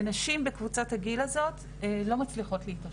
ונשים בקבוצת הגיל הזאת לא מצליחות להתאושש.